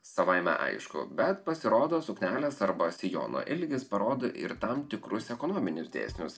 savaime aišku bet pasirodo suknelės arba sijono ilgis parodo ir tam tikrus ekonominius dėsnius